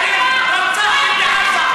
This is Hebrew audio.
500 ילדים רצחתם בעזה.